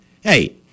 hey